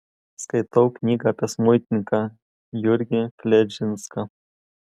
skaitau knygą apie smuikininką jurgį fledžinską